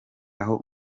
aho